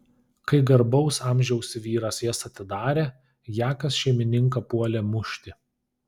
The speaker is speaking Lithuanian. kai garbaus amžiaus vyras jas atidarė jakas šeimininką puolė mušti